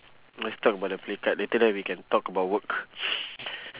must talk about the play card later then we can talk about work